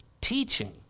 teaching